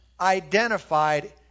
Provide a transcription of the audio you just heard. identified